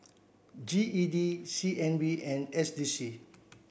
G E D C N B and S D C